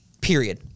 period